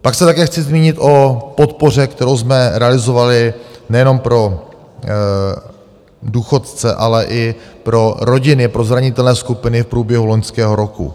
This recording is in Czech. Pak se také chci zmínit o podpoře, kterou jsme realizovali nejenom pro důchodce, ale i pro rodiny, pro zranitelné skupiny, v průběhu loňského roku.